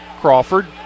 Crawford